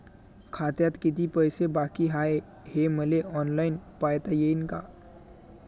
खात्यात कितीक पैसे बाकी हाय हे मले ऑनलाईन पायता येईन का?